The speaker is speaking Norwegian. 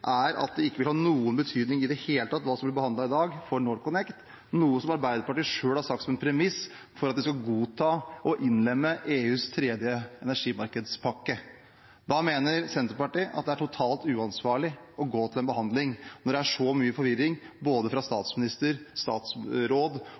er at det som blir vedtatt her i dag, ikke vil ha noen som helst betydning for NorthConnect, noe Arbeiderpartiet selv har satt som premiss for at de skal godta og innlemme EUs tredje energimarkedspakke. Da mener Senterpartiet at det er totalt uansvarlig å gå til en behandling av saken nå, når det er skapt så mye forvirring fra både